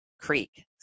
Creek